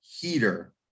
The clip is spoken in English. heater